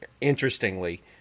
interestingly